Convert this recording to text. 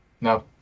No